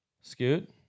Scoot